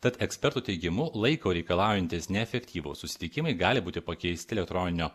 tad ekspertų teigimu laiko reikalaujantys neefektyvūs susitikimai gali būti pakeisti elektroninio